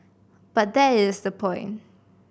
but that is the point